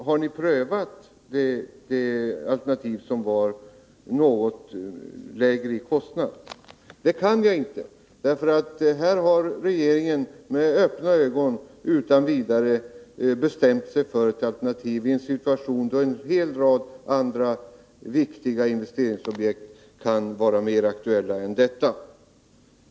Har ni prövat det alternativ som hade något lägre kostnad? Men den frågan kan jag inte svara på, därför att regeringen här med öppna ögon utan vidare bestämt sig för ett alternativ i en situation då en rad andra viktiga investeringsobjekt kan vara mycket mera aktuella än detta.